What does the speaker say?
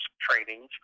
trainings